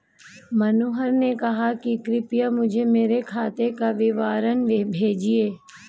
मनोहर ने कहा कि कृपया मुझें मेरे खाते का विवरण भेजिए